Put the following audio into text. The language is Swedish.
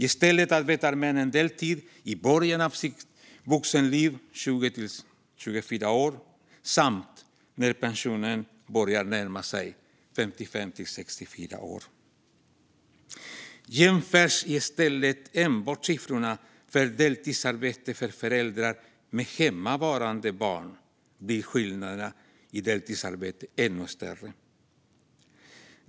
I stället arbetar männen deltid i början av sitt vuxenliv, i åldern 20-24 år, och när pensionen börjar närma sig, i åldern 55-64 år. Jämförs i stället enbart siffrorna för deltidsarbete för föräldrar med hemmavarande barn blir skillnaderna i deltidsarbete ännu större.